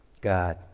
God